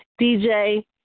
DJ